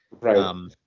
Right